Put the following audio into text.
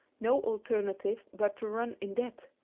no alternative but to run in debt.